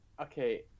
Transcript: Okay